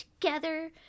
together